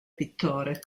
pittore